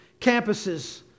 campuses